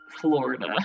Florida